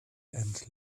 and